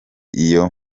iyo